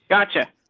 gotcha.